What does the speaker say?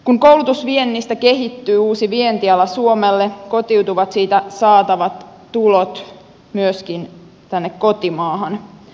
kun koulutusviennistä kehittyy uusi vientiala suomelle kotiutuvat siitä saatavat tulot myöskin tänne kotimaahan